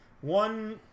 One